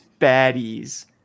baddies